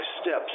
steps